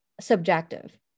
subjective